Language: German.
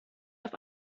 auf